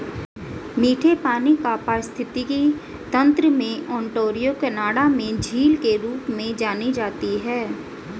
मीठे पानी का पारिस्थितिकी तंत्र में ओंटारियो कनाडा में झील के रूप में जानी जाती है